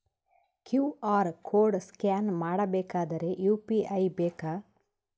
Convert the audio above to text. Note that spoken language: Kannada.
ಕ್ಯೂ.ಆರ್ ಕೋಡ್ ಸ್ಕ್ಯಾನ್ ಮಾಡಬೇಕಾದರೆ ಯು.ಪಿ.ಐ ಬೇಕಾ?